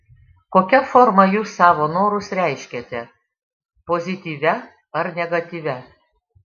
kokia forma jūs savo norus reiškiate pozityvia ar negatyvia